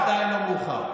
ועדיין לא מאוחר.